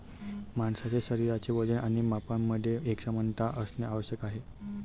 माणसाचे शरीराचे वजन आणि मापांमध्ये एकसमानता असणे आवश्यक आहे